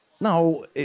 No